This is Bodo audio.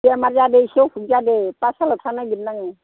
बेमार जादों इसि अखुख जादों पाटसालायाव थांनो नागिरदोंमोन आङो